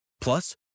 Plus